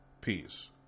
Peace